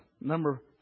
Number